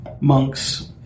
monks